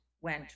went